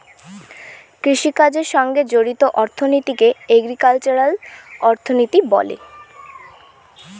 কৃষিকাজের সঙ্গে জড়িত অর্থনীতিকে এগ্রিকালচারাল অর্থনীতি বলে